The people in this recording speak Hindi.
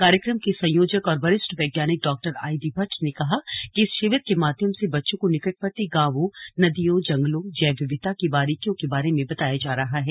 कार्यक्रम के संयोजक और वरिष्ठ वैज्ञानिक डॉ आईडी भट्ट ने कहा कि इस शिविर के माध्यम से बच्चों को निकटवर्ती गांवों नदियों जंगलों जैव विविधता की बारीकियो के बारे में बताया जा रहा है